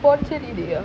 torture இடியா:idiyaa